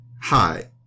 Hi